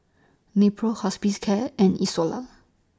Nepro Hospicare and Isocal